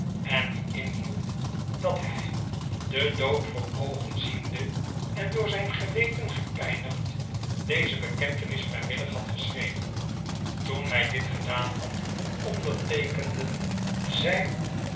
en die inhield dat hij den dood voor oogen ziende en door zijn geweten gepijnigd deze bekentenis vrijwillig had geschreven toen hij dit gedaan had onderteekenden zij